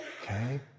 Okay